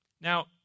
now